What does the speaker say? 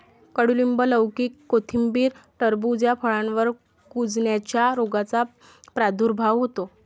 कडूलिंब, लौकी, कोथिंबीर, टरबूज या फळांवर कुजण्याच्या रोगाचा प्रादुर्भाव होतो